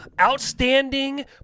outstanding